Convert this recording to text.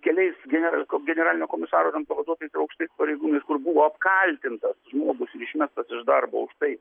keliais gener generalinio komisaro ir ant pavaduotojo su aukštais pareigūnais kur buvo apkaltintas žmogus ir išmestas iš darbo už tai